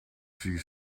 see